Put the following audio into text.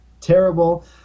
terrible